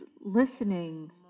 listening